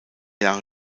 jahre